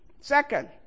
Second